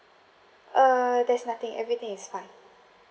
err there's nothing everything is fine